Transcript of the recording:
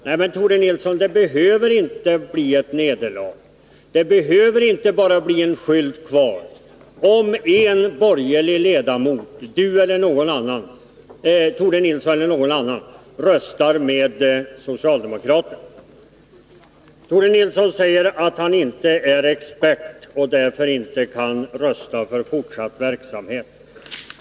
Nej, det behöver inte bli ett nederlag, det behöver inte bli bara en skylt kvar — om någon borgerlig ledamot, Tore Nilsson eller någon annan, röstar med socialdemokraterna. Tore Nilsson säger att han inte är expert och därför inte kan rösta för fortsatt verksamhet.